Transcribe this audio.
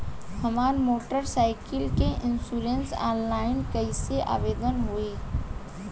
हमार motor cycle के insurance online कईसे आवेदन होई?